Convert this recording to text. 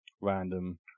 random